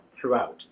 throughout